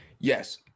Yes